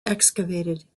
excavated